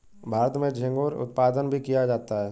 भारत में झींगुर उत्पादन भी किया जाता है